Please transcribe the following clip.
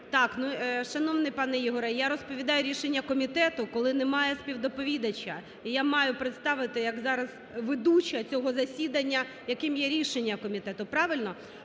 Так, шановний пане Ігоре, я розповідаю рішення комітету, коли немає співдоповідача. І я маю представити, як зараз ведуча цього засідання, яким є рішення комітету. Правильно?